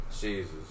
Jesus